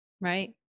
Right